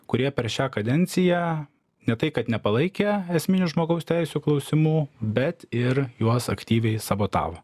kurie per šią kadenciją ne tai kad nepalaikė esminių žmogaus teisių klausimų bet ir juos aktyviai sabotavo